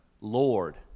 Lord